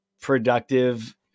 productive